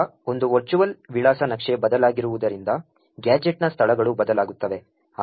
ಈಗ ಒಂದು ವರ್ಚುವಲ್ ವಿಳಾಸ ನಕ್ಷೆ ಬದಲಾಗಿರುವುದರಿಂದ ಗ್ಯಾಜೆಟ್ನ ಸ್ಥಳಗಳು ಬದಲಾಗುತ್ತವೆ